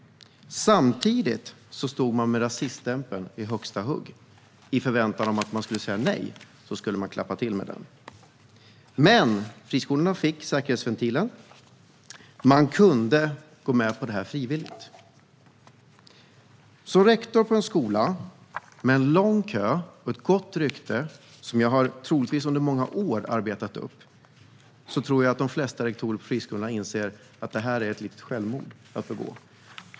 Samtidigt stod man med rasiststämpeln i högsta hugg, i förväntan om att de skulle säga nej - då skulle man klappa till med den. Men friskolorna fick säkerhetsventilen. De kunde gå med på detta frivilligt. På en friskola med en lång kö och ett gott rykte, som de troligtvis har arbetat upp under många år, tror jag att de flesta rektorer inser att det är att begå självmord.